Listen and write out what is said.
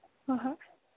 ꯍꯣꯍꯣꯏ